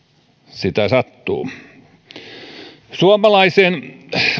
sitä sattuu yhtenä suomalaisen